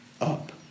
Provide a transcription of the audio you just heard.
up